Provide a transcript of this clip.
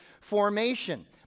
formation